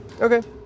Okay